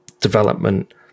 development